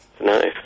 Nice